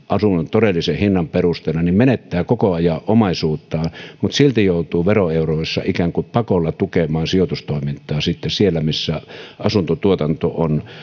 asunnon todellisen hinnan perusteella menettää koko ajan omaisuuttaan mutta silti joutuu veroeuroissa ikään kuin pakolla tukemaan sijoitustoimintaa siellä missä asuntotuotanto on